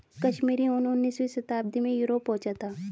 कश्मीरी ऊन उनीसवीं शताब्दी में यूरोप पहुंचा था